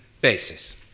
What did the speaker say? basis